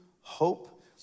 hope